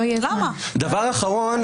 דבר אחרון,